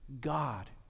God